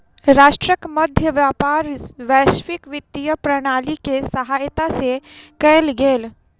राष्ट्रक मध्य व्यापार वैश्विक वित्तीय प्रणाली के सहायता से कयल गेल